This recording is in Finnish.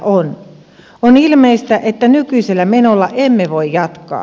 on ilmeistä että nykyisellä menolla emme voi jatkaa